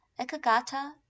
Ekagata